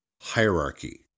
hierarchy